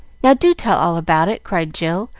now do tell all about it, cried jill,